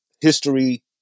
history